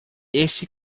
este